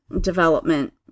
development